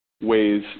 ways